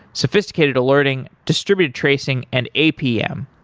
sophisticated alerting, distributed tracing and apm.